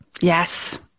Yes